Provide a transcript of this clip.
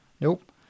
nope